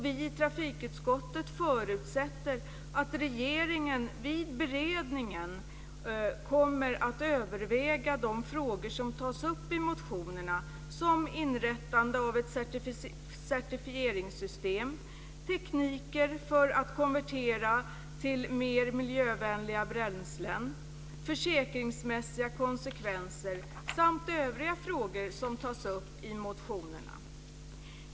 Vi i trafikutskottet förutsätter att regeringen vid beredningen kommer att överväga de frågor som tas upp i motionerna som inrättande av ett certifieringssystem, tekniker för att konvertera till mer miljövänliga bränslen, försäkringsmässiga konsekvenser samt övriga frågor som tas upp i motionerna.